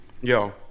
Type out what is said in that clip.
Yo